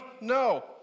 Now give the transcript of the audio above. No